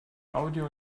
audio